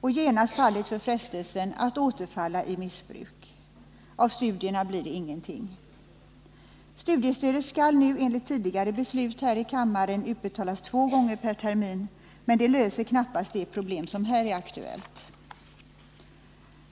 och genast faller för frestelsen att återfalla i missbruk. Av studierna blir det ingenting. Studiestödet skall nu enligt tidigare beslut här i kammaren utbetalas två gånger per termin, men det löser knappast det problem som här är aktuellt.